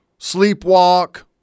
sleepwalk